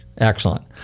Excellent